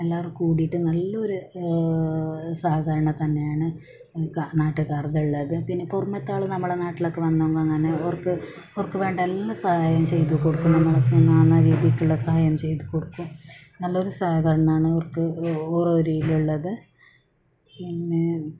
എല്ലാവരും കൂടിയിട്ട് നല്ലൊരു സഹകരണം തന്നെയാണ് കാ നാട്ടുകാരതുള്ളത് പിന്നെ പുറമത്തെയാൾ നമ്മളെ നാട്ടിലൊക്കെ വന്നെങ്കിൽ അങ്ങനെ തന്നെ ഓർക്ക് ഓർക്ക് വേണ്ട എല്ലാ സഹായവും ചെയ്തുകൊടുക്കുന്നു നല്ല രീതിക്കുള്ള സഹായം ചെയ്തുകൊടുക്കും നല്ലൊരു സഹകരണമാണ് ഓർക്ക് ഓറെ ഒരു രീതിയിലുള്ളത് പിന്നെ